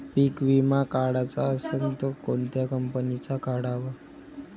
पीक विमा काढाचा असन त कोनत्या कंपनीचा काढाव?